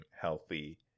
healthy